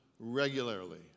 regularly